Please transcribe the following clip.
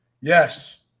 Yes